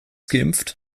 geimpft